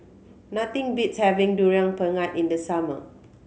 nothing beats having Durian Pengat in the summer